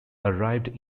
arrived